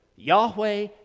Yahweh